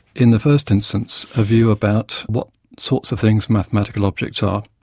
in the first instance, a view about what sorts of things mathematical objects are,